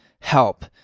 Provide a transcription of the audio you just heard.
help